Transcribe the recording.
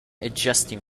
adjusting